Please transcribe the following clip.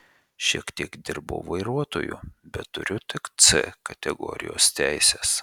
šiek tiek dirbau vairuotoju bet turiu tik c kategorijos teises